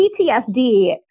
PTSD